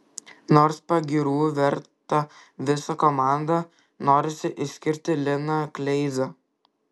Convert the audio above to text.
nors pagyrų verta visa komanda norisi išskirti liną kleizą